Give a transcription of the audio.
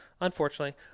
unfortunately